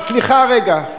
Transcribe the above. סליחה רגע,